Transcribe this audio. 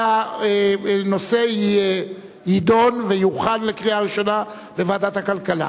שהנושא יידון ויוכן לקריאה ראשונה בוועדת הכלכלה,